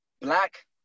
black